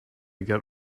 get